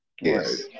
Yes